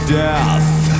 death